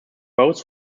both